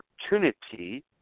opportunity